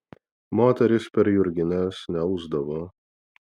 moterys per jurgines neausdavo